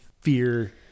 fear